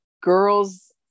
girls